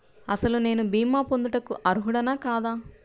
అసలు నేను భీమా పొందుటకు అర్హుడన కాదా?